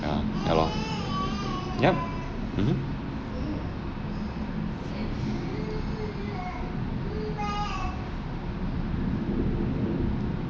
ya ya lor yep mmhmm